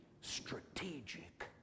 strategic